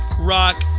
Rock